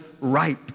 ripe